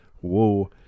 Whoa